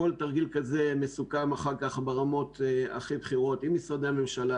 תרגיל כזה מסוכם אחר כך ברמות הכי בכירות עם משרדי הממשלה,